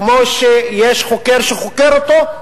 כמו שיש חוקר שחוקר אותו,